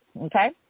okay